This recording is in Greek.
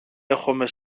έχομε